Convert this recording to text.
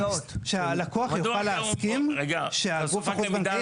שהלקוח יוכל להסכים שהגוף החוץ בנקאי